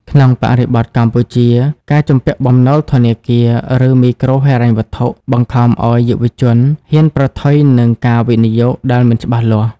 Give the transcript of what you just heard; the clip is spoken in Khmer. ក្នុងបរិបទកម្ពុជា ការជំពាក់បំណុលធនាគារ ឬមីក្រូហិរញ្ញវត្ថុ បង្ខំឱ្យយុវជនហ៊ានប្រថុយនឹងការវិនិយោគដែលមិនច្បាស់លាស់។